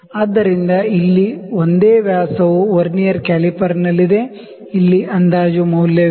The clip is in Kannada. ಆದ್ದರಿಂದ ಇಲ್ಲಿ ಒಂದೇ ವ್ಯಾಸವು ವರ್ನಿಯರ್ ಕ್ಯಾಲಿಪರ್ನಲ್ಲಿದೆ ಇಲ್ಲಿ ಅಂದಾಜು ಮೌಲ್ಯವಿದೆ